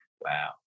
Wow